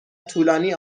طولانی